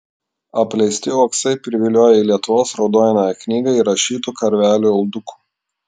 apleisti uoksai privilioja į lietuvos raudonąją knygą įrašytų karvelių uldukų